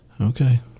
Okay